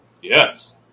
Yes